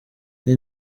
nzi